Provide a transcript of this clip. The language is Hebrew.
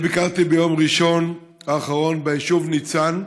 אני ביקרתי ביום ראשון האחרון ביישוב ניצן.